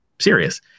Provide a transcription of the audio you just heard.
serious